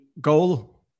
goal